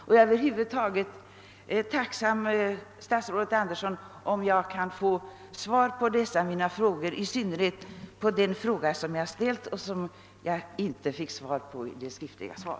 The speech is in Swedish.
Jag skulle vara tacksam, om jag kunde få svar på dessa mina frågor, och då i synnerhet den fråga som jag tidigare framställt men inte fått besvarad i statsrådets skriftliga svar.